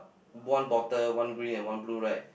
one bottle one green and one blue right